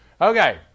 Okay